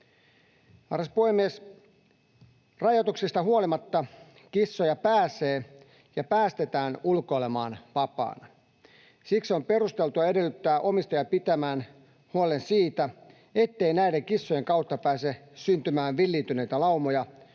Arvoisa puhemies! Rajoituksista huolimatta kissoja pääsee ja päästetään ulkoilemaan vapaana. Siksi on perusteltua edellyttää omistajaa pitämään huolta siitä, ettei näiden kissojen kautta pääse syntymään villiintyneitä laumoja,